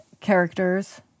characters